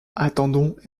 attendons